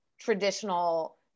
traditional